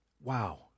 Wow